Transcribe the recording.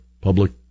public